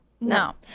No